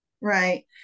right